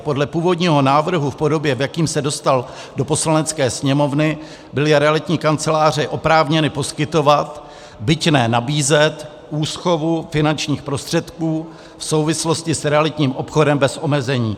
Podle původního návrhu v podobě, v jaké se dostal do Poslanecké sněmovny, byly realitní kanceláře oprávněny poskytovat, byť ne nabízet, úschovu finančních prostředků v souvislosti s realitním obchodem bez omezení.